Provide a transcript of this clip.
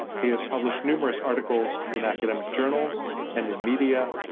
he has published numerous articles in academic journals and in media.